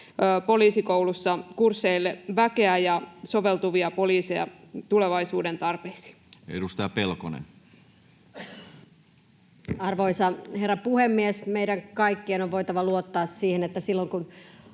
Poliisikoulussa kursseille väkeä ja soveltuvia poliiseja tulevaisuuden tarpeisiin? Edustaja Pelkonen. Arvoisa herra puhemies! Meidän kaikkien on voitava luottaa siihen, että silloin kun